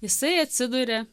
jisai atsiduria